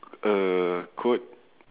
a coat